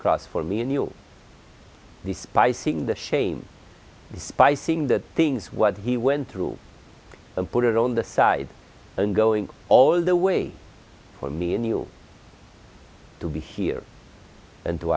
cross for me and you despise seeing the shame and spicing that things what he went through and put it on the side and going all the way for me and you to be here and